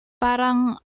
Parang